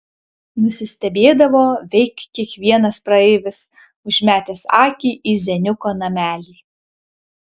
nusistebėdavo veik kiekvienas praeivis užmetęs akį į zeniuko namelį